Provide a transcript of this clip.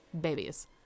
babies